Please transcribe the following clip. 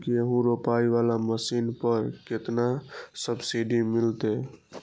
गेहूं रोपाई वाला मशीन पर केतना सब्सिडी मिलते?